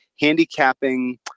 handicapping